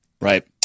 Right